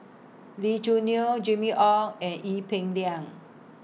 Lee Choo Neo Jimmy Ong and Ee Peng Liang